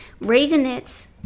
Raisinets